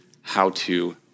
how-to